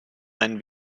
einen